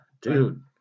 Dude